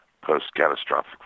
post-catastrophic